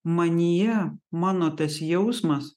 manyje mano tas jausmas